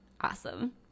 awesome